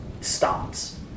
stops